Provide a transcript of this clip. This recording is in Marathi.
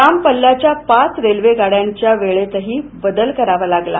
लांब पल्ल्याच्या पाच रेल्वेगाड्याच्या वेळेतही बदल करावा लागला